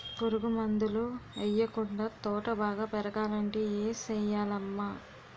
పురుగు మందులు యెయ్యకుండా తోట బాగా పెరగాలంటే ఏ సెయ్యాలమ్మా